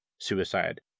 suicide